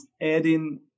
adding